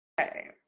Okay